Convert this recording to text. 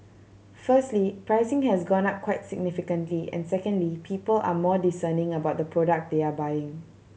firstly pricing has gone up quite significantly and secondly people are more discerning about the product they are buying